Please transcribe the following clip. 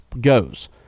goes